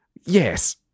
yes